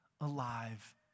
alive